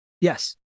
yes